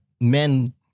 men